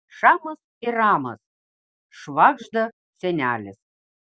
šamas ir ramas švagžda senelis